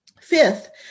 Fifth